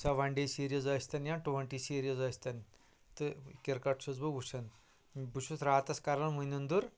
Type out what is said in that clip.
سۄ one day series ٲسۍ تَن یا ٹُونٹی سیٖریز ٲسۍ تَن تہٕ کِرکٹ چھُس بہٕ وُچھان بہٕ چھُس راتَس کران وُنِٮ۪ندُر